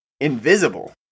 invisible